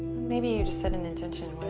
maybe you just set an intention,